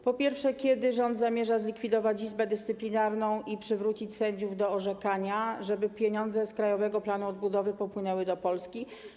Po pierwsze, kiedy rząd zamierza zlikwidować Izbę Dyscyplinarną i przywrócić sędziów do orzekania, żeby pieniądze z Krajowego Planu Odbudowy popłynęły do Polski?